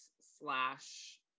slash